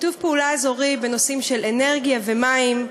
שיתוף פעולה אזורי בנושאים של אנרגיה ומים.